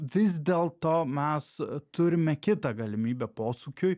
vis dėlto mes turime kitą galimybę posūkiui